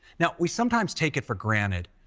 now, we sometimes take it for granted,